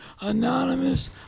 Anonymous